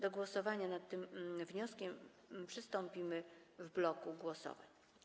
Do głosowania nad tym wnioskiem przystąpimy w bloku głosowań.